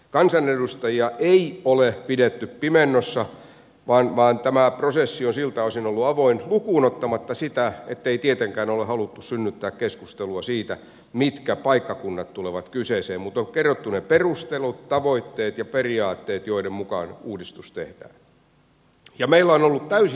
kansanedustajia ei ole pidetty pimennossa vaan tämä prosessi on siltä osin ollut avoin lukuun ottamatta sitä ettei tietenkään ole haluttu synnyttää keskustelua siitä mitkä paikkakunnat tulevat kyseeseen mutta on kerrottu ne perustelut tavoitteet ja periaatteet joiden mukaan uudistus tehdään ja meillä on ollut täysi samanmielisyys